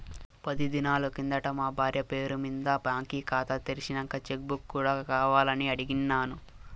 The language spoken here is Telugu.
పది దినాలు కిందట మా బార్య పేరు మింద బాంకీ కాతా తెర్సినంక చెక్ బుక్ కూడా కావాలని అడిగిన్నాను